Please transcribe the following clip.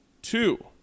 Two